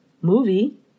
movie